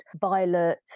violet